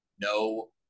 no